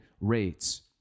rates